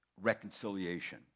reconciliation